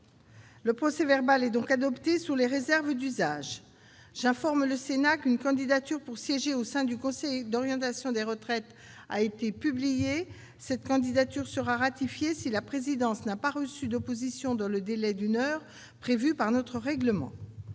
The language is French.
Le procès-verbal est adopté sous les réserves d'usage. J'informe le Sénat qu'une candidature pour siéger au sein du Conseil d'orientation des retraites a été publiée. Cette candidature sera ratifiée si la présidence n'a pas reçu d'opposition dans le délai d'une heure prévu par notre règlement.